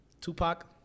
Tupac